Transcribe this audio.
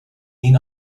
mean